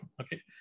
Okay